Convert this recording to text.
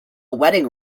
wedding